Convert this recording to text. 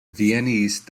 viennese